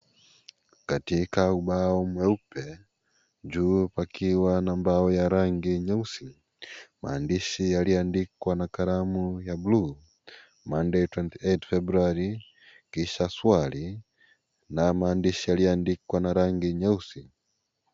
Katika ubao mweupe, juu pakiwa na mbao ya rangi nyeusi, maandishi yaliyoandikwa na kalamu ya (cs)blue(cs), (cs)Monday 28th February(cs), kisha swali, na maandishi yaliyoandikwa na rangi nyeusi.